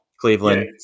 Cleveland